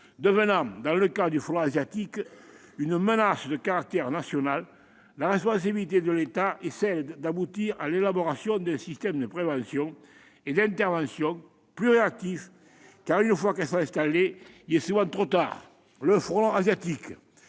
devenant dans le cas du frelon asiatique une menace de caractère national, la responsabilité de l'État est d'aboutir à l'élaboration d'un système de prévention et d'intervention plus réactif, car, une fois que ces espèces sont installées, il est souvent trop tard. Le frelon asiatique,